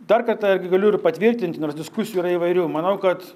dar kartą galiu ir patvirtinti nors diskusijų yra įvairių manau kad